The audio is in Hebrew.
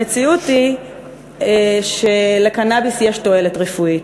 המציאות היא שלקנאביס יש תועלת רפואית.